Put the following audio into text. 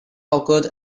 occurred